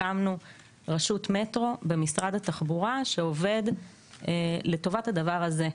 הקמנו רשות מטרו במשרד התחבורה שעובד לטובת הדבר הזה.